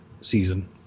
season